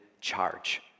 charge